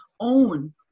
own